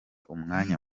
umwanya